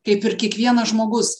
kaip ir kiekvienas žmogus